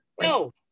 no